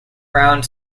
round